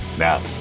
Now